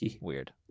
Weird